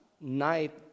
night